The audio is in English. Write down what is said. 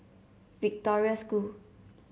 Victoria School